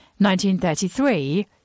1933